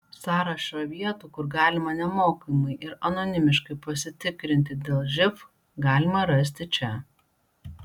sąrašą vietų kur galima nemokamai ir anonimiškai pasitikrinti dėl živ galima rasti čia